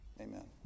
Amen